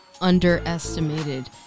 underestimated